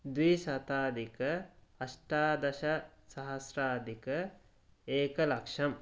द्विशताधिक अष्टादश सहस्राधिक एकलक्षम्